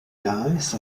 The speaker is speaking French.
lance